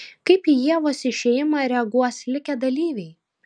kaip į ievos išėjimą reaguos likę dalyviai